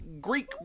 Greek